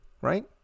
right